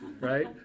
Right